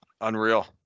Unreal